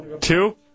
Two